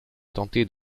tentait